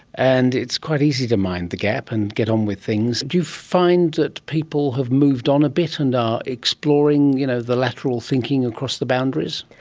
and it's quite easy to mind the gap and get on with things. do you find that people have moved on a bit and are exploring you know the lateral thinking across the boundaries?